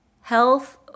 health